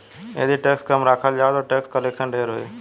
यदि टैक्स कम राखल जाओ ता टैक्स कलेक्शन ढेर होई